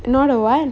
not a what